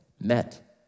met